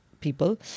people